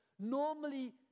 Normally